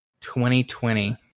2020